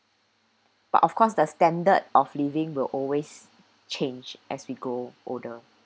but of course the standard of living will always change as we grow older